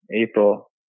april